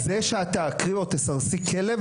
זה שאת תעקרי או תסרסי כלב,